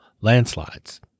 landslides